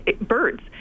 birds